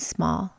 Small